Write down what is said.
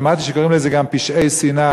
שמעתי גם שקוראים לזה "פשעי שנאה".